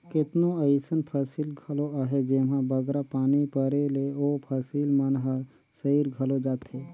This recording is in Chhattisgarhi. केतनो अइसन फसिल घलो अहें जेम्हां बगरा पानी परे ले ओ फसिल मन हर सइर घलो जाथे